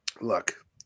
Look